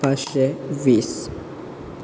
पांचशें वीस